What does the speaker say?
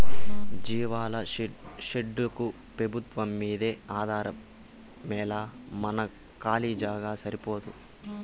జీవాల షెడ్డుకు పెబుత్వంమ్మీదే ఆధారమేలా మన కాలీ జాగా సరిపోదూ